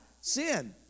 Sin